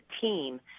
team